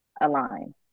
align